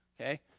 okay